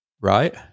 right